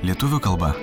lietuvių kalba